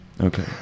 Okay